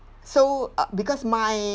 so uh because my